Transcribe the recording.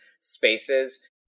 spaces